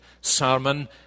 sermon